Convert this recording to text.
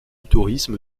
tourisme